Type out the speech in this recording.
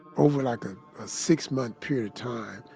over like a, a six month period of time,